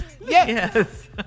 Yes